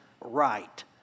right